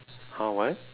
!huh! what